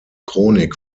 chronik